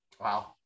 Wow